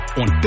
on